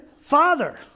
Father